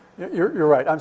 you're you're right. i'm